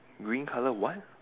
green colour what